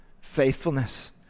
faithfulness